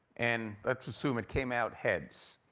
and let's assume it came out heads.